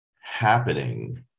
happening